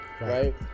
right